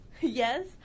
yes